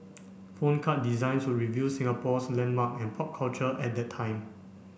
phone card designs would reveal Singapore's landmark and pop culture at that time